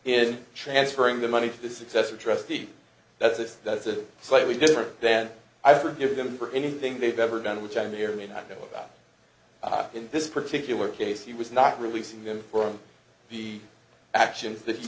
and transferring the money to the successor trustee that's it that's a slightly different then i forgive them for anything they've ever done which i may or may not know about in this particular case he was not releasing them for the actions that he